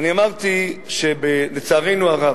אמרתי, לצערנו הרב,